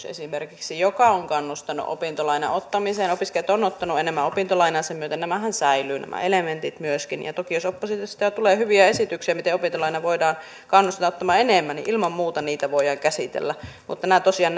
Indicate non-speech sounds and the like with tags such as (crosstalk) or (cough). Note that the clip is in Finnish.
(unintelligible) esimerkiksi opintolainan vähennys joka on kannustanut opintolainan ottamiseen opiskelijat ovat ottaneet enemmän opintolainaa sen myötä nämä elementithän myöskin säilyvät toki jos oppositiosta tulee hyviä esityksiä miten opintolainaa voidaan kannustaa ottamaan enemmän niin ilman muuta niitä voidaan käsitellä mutta nämä tosiaan (unintelligible)